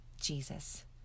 Jesus